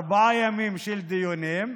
ארבעה ימים של דיונים.